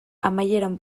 amaieran